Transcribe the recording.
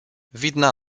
widna